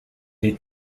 est